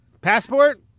passport